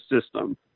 system